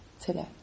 today